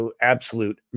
absolute